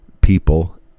people